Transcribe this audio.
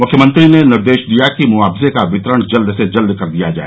मुख्यमंत्री ने निर्देश दिया कि मुआवजे का वितरण जल्द से जल्द कर दिया जाए